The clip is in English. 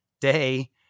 day